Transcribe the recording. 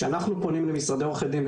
כשאנחנו פונים למשרדי עורכי דין,